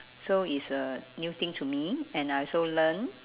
so it's a new thing to me and I also learnt